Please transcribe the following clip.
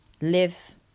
Live